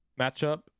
matchup